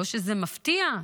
לא שזה מפתיע,